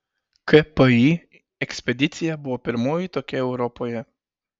kpi ekspedicija buvo pirmoji tokia europoje